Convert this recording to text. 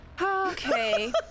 Okay